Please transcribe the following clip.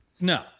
no